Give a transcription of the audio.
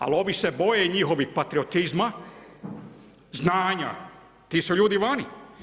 Ali ovi se boje njihovih patriotizma, znanja, ti su ljudi vani.